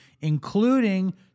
including